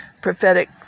Prophetic